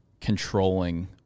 controlling